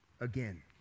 again